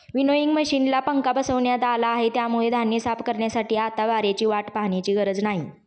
winnowing मशिनला पंखा बसवण्यात आला आहे, त्यामुळे धान्य साफ करण्यासाठी आता वाऱ्याची वाट पाहण्याची गरज नाही